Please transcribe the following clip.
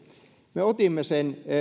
me otimme